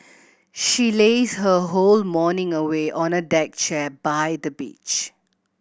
she lazed her whole morning away on a deck chair by the beach